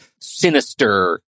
sinister